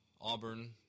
Auburn